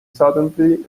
suddenly